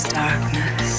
darkness